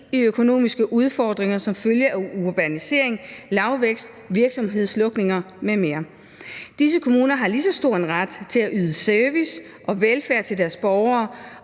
i økonomiske udfordringer som følge af urbanisering, lavvækst, virksomhedslukninger m.m. Disse kommuner har lige så stor en ret til at yde service og velfærd til deres borgere.